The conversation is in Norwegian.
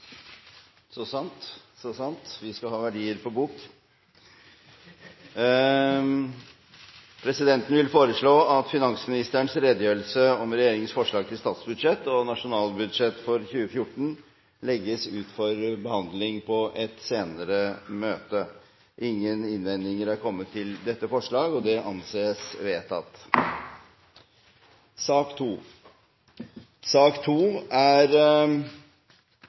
Så sant, så sant. Vi skal ha verdier på bok. Presidenten vil foreslå at finansministerens redegjørelse om regjeringens forslag til statsbudsjett og om nasjonalbudsjettet for 2014 legges ut for behandling i et senere møte. Ingen innvendinger har kommet til dette forslaget. – Det anses vedtatt.